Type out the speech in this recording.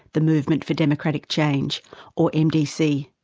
the movement for democratic change, or mdc.